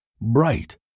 bright